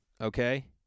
Okay